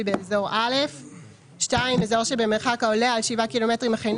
באזור א'; אזור שבמרחק העולה על 7 קילומטרים אך אינו